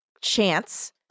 chance